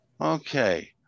Okay